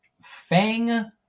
Fang